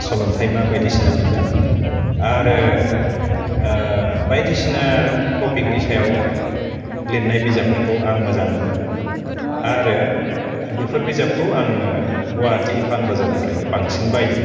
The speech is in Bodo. सल'न्थाइमा बायदिसिना बिजाब आरो बायदिसिना टपिकनि सायाव लिरनाय बिजाबफोरखौ आं मोजां मोनो आरो बेफोर बिजाबखौ आङो गुवाहाटि पान बाजारनिफ्रायनो बांसिन बायो